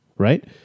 right